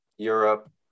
Europe